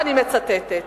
ואני מצטטת,